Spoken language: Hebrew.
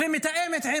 ומתאמת עם